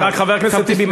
חבר הכנסת טיבי,